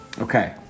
Okay